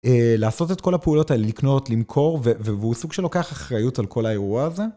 לעשות את כל הפעולות האלה, לקנות, למכור, והוא סוג שלוקח אחריות על כל האירוע הזה.